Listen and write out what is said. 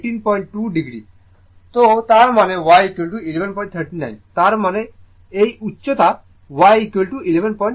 সুতরাং তার মানে y1139 তার মানে এই উচ্চতা y1139